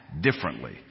differently